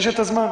יש את הזמן.